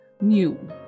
new